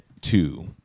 two